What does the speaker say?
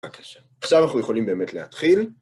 בבקשה. עכשיו אנחנו יכולים באמת להתחיל.